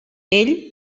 ell